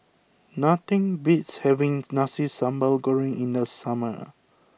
nothing beats having Nasi Sambal Goreng in the summer